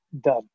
done